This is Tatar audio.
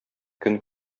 көн